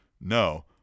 No